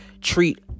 treat